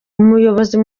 umuyobozi